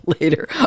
later